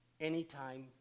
anytime